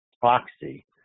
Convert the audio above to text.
proxy